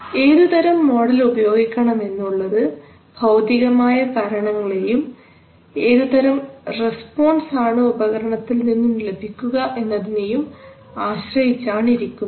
ഏതു ഏതുതരം മോഡൽ ഉപയോഗിക്കണമെന്ന് ഉള്ളത് ഭൌതികമായ കാരണങ്ങളെയും ഏതുതരം റെസ്പോൺസ് ആണ് ഉപകരണത്തിൽ നിന്നും ലഭിക്കുക എന്നതിനെയും ആശ്രയിച്ചാണിരിക്കുന്നത്